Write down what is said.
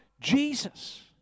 Jesus